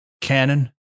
canon